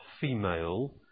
female